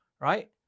right